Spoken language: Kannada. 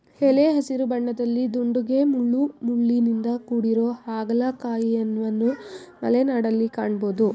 ಎಲೆ ಹಸಿರು ಬಣ್ಣದಲ್ಲಿ ದುಂಡಗೆ ಮುಳ್ಳುಮುಳ್ಳಿನಿಂದ ಕೂಡಿರೊ ಹಾಗಲಕಾಯಿಯನ್ವನು ಮಲೆನಾಡಲ್ಲಿ ಕಾಣ್ಬೋದು